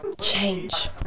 Change